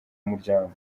umuryango